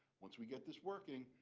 once we get this working,